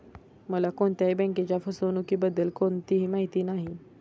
मला कोणत्याही बँकेच्या फसवणुकीबद्दल कोणतीही माहिती नाही